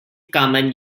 common